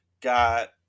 got